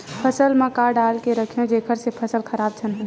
फसल म का डाल के रखव जेखर से फसल खराब झन हो?